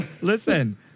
Listen